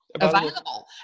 available